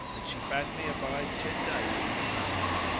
and she bade me abide ten days in the palace.